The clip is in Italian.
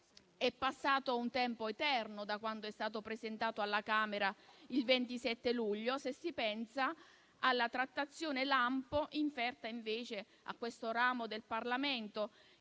È passato un tempo eterno da quando il testo è stato presentato alla Camera, il 27 luglio, se si pensa alla trattazione lampo inferta, invece, a questo ramo del Parlamento,